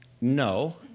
no